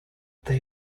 they